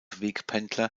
wegpendler